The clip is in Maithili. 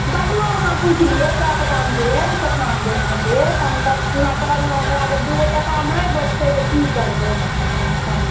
बगलोमे अहाँ पुछि लियौ कए टाकामे देत केतनामे देत नहि देत मतलब जतना कहलहुँ हमरा जब दू गो टाका नहि बचतय तऽ की करबय हँ